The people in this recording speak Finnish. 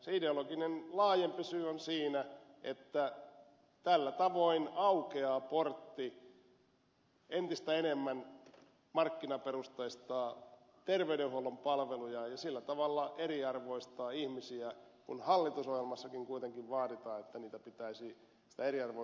se laajempi ideologinen syy on siinä että tällä tavoin aukeaa portti entistä enemmän markkinaperusteistaa terveydenhuollon palveluja ja sillä tavalla eriarvoistaa ihmisiä kun hallitusohjelmassakin kuitenkin vaaditaan että eriarvoisuutta pitäisi vähentää